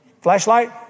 Flashlight